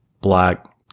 black